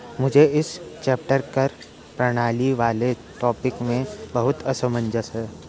मुझे इस चैप्टर कर प्रणाली वाले टॉपिक में बहुत असमंजस है